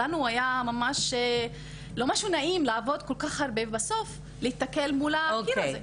לנו ממש לא היה נעים לעבוד כל כך הרבה ובסוף להיתקל בקיר הזה.